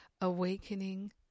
awakening